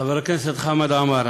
חבר הכנסת חמד עמאר,